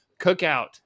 cookout